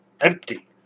empty